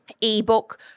ebook